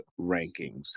rankings